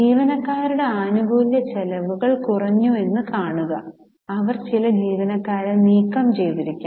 ജീവനക്കാരുടെ ആനുകൂല്യച്ചെലവുകൾ കുറഞ്ഞുവെന്ന് കാണുക അവർ ചില ജീവനക്കാരെ നീക്കംചെയ്തിരിക്കാം